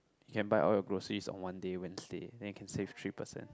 you can buy all your groceries on one day Wednesday then you can save three percent